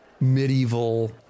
medieval